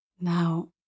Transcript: Now